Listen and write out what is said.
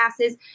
passes